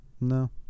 no